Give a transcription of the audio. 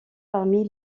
parmi